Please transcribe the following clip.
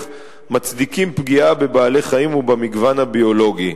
מצדיקים פגיעה בבעלי-חיים ובמגוון הביולוגי,